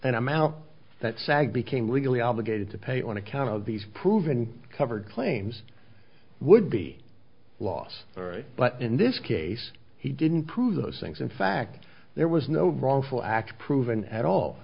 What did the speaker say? and amount that sag became legally obligated to pay on account of these proven covered claims would be lost all right but in this case he didn't prove those things in fact there was no wrongful act proven at all